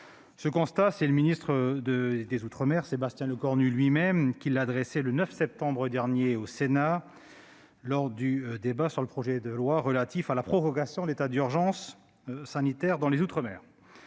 Ce constat, c'est le ministre des outre-mer lui-même, Sébastien Lecornu, qui l'a dressé le 9 septembre dernier au Sénat lors du débat sur le projet de loi relatif à la prorogation de l'état d'urgence sanitaire dans les outre-mer.